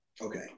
Okay